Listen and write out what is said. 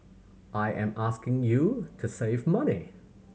I am asking you to save money